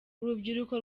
urubyiruko